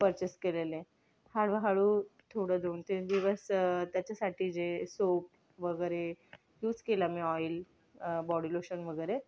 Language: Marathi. परचेस केलेले हळूहळू थोडं दोन तीन दिवस त्याच्यासाठी जे सोप वगैरे यूज केलं मी ऑइल बॉडी लोशन वगैरे